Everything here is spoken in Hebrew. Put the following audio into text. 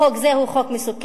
חוק זה הוא חוק מסוכן.